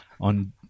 on